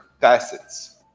facets